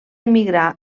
emigrar